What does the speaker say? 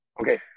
okay